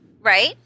Right